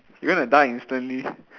you're gonna die instantly